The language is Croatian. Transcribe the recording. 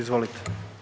Izvolite.